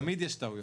תמיד יש טעויות.